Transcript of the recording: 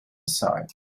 aside